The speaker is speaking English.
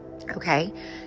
Okay